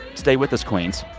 stay with us, queens.